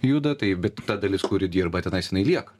juda tai bet ta dalis kuri dirba tenais jinai lieka